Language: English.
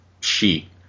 sheet